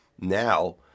now